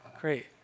great